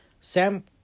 Sam